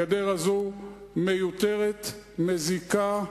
הגדר הזאת מיותרת, מזיקה,